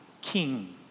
king